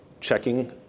checking